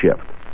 shift